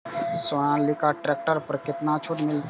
Sonalika tractor पर केतना छूट मिलते?